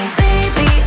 baby